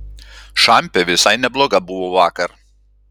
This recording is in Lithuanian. šampė visai nebloga buvo vakar